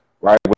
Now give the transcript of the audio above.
right